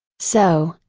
so,